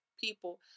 people